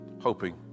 hoping